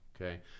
Okay